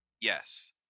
Yes